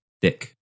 thick